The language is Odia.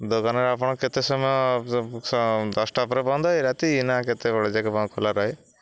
ଦୋକାନରେ ଆପଣ କେତେ ସମୟ ଦଶଟା ପରେ ବନ୍ଦ ହୁଏ ରାତି ନା କେତେବେଳେ ଯାଏଁ ଖୋଲା ରୁହେ